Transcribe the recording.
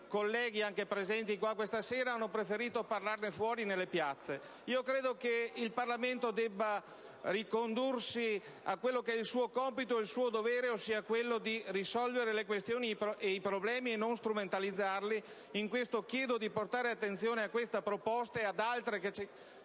colleghi anche presenti qui stasera hanno preferito parlarne fuori, nelle piazze. Credo che il Parlamento debba ricondursi a quello che è il suo compito e il suo dovere, ossia risolvere le questioni e i problemi, e non strumentalizzarli. Pertanto, chiedo di portare attenzione a questa proposta e a quelle che sono